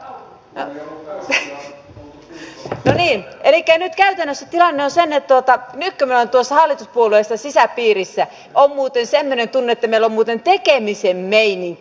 elikkä nyt käytännössä tilanne on se että nyt kun minä olen tuossa hallituspuolueessa sisäpiirissä on muuten semmoinen tunne että meillä on muuten tekemisen meininki